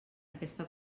aquesta